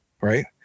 right